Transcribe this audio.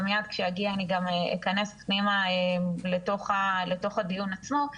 ומייד כשאגיע אני אכנס פנימה לתוך הדיון עצמו,